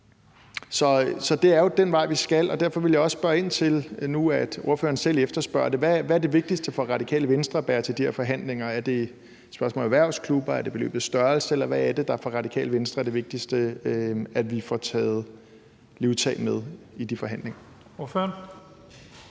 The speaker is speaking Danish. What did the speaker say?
Så det er jo den vej, vi skal, og derfor vil jeg også spørge ind til – nu, hvor ordføreren selv efterspørger det – hvad det vigtigste er for Radikale Venstre at bære til de her forhandlinger. Er det et spørgsmål om erhvervsklubber, er det beløbets størrelse, eller hvad er det, der for Radikale Venstre er det vigtigste, vi får taget livtag med i de forhandlinger? Kl.